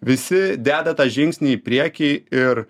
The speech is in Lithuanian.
visi deda tą žingsnį į priekį ir